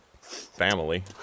family